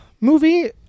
movie